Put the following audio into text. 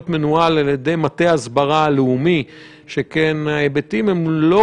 מכיוון שמשרד הבריאות הם המובילים המקצועיים של הדבר הזה,